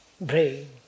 brain